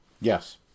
Yes